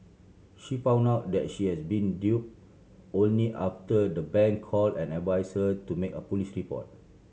she found out that she has been dupe only after the bank call and advise her to make a police report